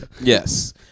Yes